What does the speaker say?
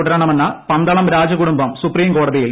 തുടരണമെന്ന്പന്തളം രാജകുടുംബം സുപ്രീംകോടതിയിൽ